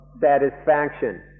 satisfaction